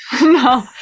No